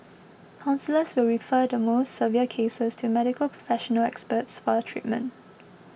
counsellors will refer the more severe cases to Medical Professional Experts for treatment